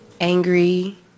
Angry